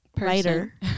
writer